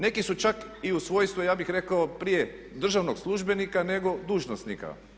Neki su čak i u svojstvu, ja bih rekao prije, državnog službenika nego dužnosnika.